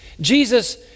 Jesus